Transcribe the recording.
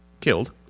killed